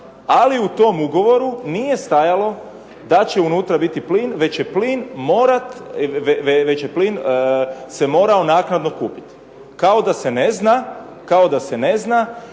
ali u tom ugovoru nije stajalo da će unutra biti plin, već je plin se morao naknadno kupiti. Kao da se ne zna da bez plina,